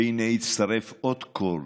והינה הצטרף עוד קול